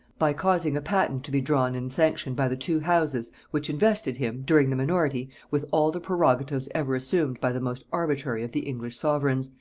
by causing a patent to be drawn and sanctioned by the two houses which invested him, during the minority, with all the prerogatives ever assumed by the most arbitrary of the english sovereigns,